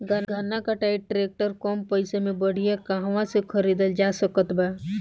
गन्ना कटाई ट्रैक्टर कम पैसे में बढ़िया कहवा से खरिदल जा सकत बा?